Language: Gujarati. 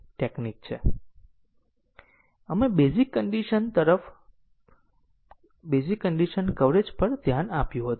તેથી ઘણા લોકો આ ભૂલ કરે છે કે તેઓ 3 થી 4 કંટ્રોલ ટ્રાન્સફર દોરે છે પરંતુ ત્રણથી ચાર સુધીનું કંટ્રોલ ટ્રાન્સફર થતું નથી તે દોરવું જોઈએ નહીં